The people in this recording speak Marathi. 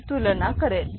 ची तुलना करेल